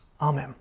Amen